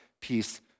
peace